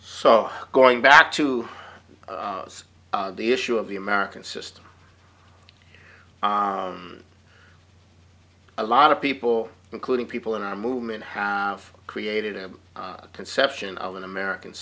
so going back to the issue of the american system a lot of people including people in our movement have created a conception of an american